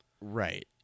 Right